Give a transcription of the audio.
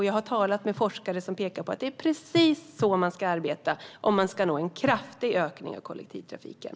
Jag har talat med forskare som pekar på att det är precis så man ska arbeta om man ska nå en kraftig ökning av kollektivtrafiken.